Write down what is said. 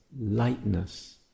lightness